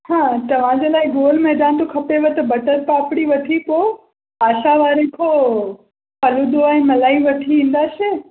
हा तव्हां जे लाइ गोल मैदान जो खपेव त बटर पापड़ी वठी पोइ आशा वारे खां फ़लूदो ऐं मलाई वठी ईंदासे